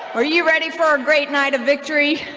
are you ready for a great night of victory